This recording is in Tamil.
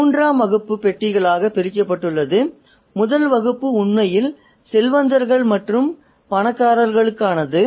மூன்றாம் வகுப்பு பெட்டிகளாக பிரிக்கப்பட்டுள்ளது முதல் வகுப்பு உண்மையில் செல்வந்தர்கள் மற்றும் பணக்காரர்களுக்கானது